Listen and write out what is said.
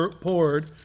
poured